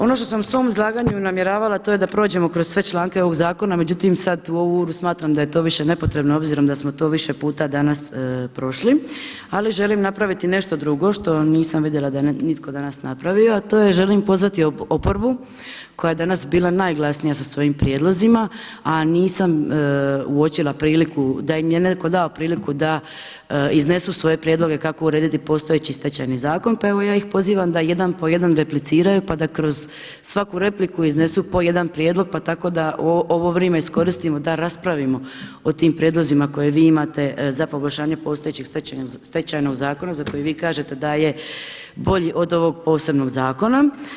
Ono što sam u svom izlaganju namjerava, a to je da prođemo kroz sve članka ovog zakona, međutim sada u ovu uru smatram da je to više nepotrebno obzirom da smo to više puta danas prošli, ali želim napraviti nešto drugo što nisam vidjela da nitko nije napravio, a to je želim pozvati oporbu koja je danas bila najglasnija sa svojim prijedlozima, a nisam uočila priliku da im je neko dao priliku da iznesu svoje prijedloge kako urediti postojeći Stečajni zakon pa evo ja ih pozivam da jedan po jedan repliciraju pa da kroz svaku repliku iznesu po jedan prijedlog pa tako da ovo vrijeme iskoristimo da raspravimo o tim prijedlozima koje vi imate za poboljšanje postojećeg Stečajnog zakona za koji vi kažete da je bolji od ovog posebnog zakona.